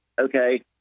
okay